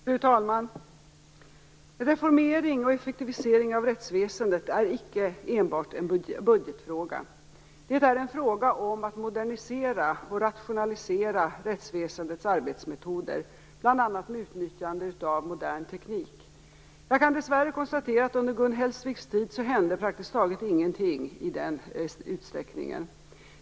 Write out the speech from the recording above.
Fru talman! Reformering och effektivisering av rättsväsendet är icke enbart en budgetfråga. Det är en fråga om att modernisera och rationalisera rättsväsendets arbetsmetoder, bl.a. med utnyttjande av modern teknik. Jag kan dessvärre konstatera att under Gun Hellsviks tid hände praktiskt taget ingenting i det avseendet.